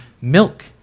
milk